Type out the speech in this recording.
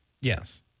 Yes